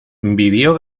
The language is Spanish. vivió